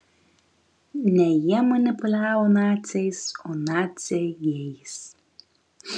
ne jie manipuliavo naciais o naciai jais